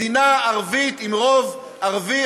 מדינה ערבית עם רוב ערבי.